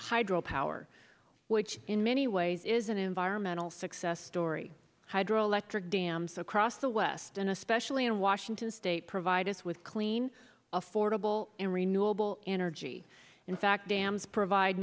hydro power which in many ways is an environmental success story hydroelectric dams across the west and especially in washington state provide us with clean affordable and renewable energy in fact dams provide